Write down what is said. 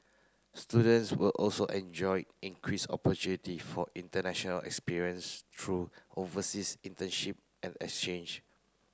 students will also enjoy increase opportunity for international experience through overseas internship and exchange